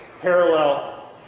parallel